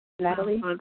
Natalie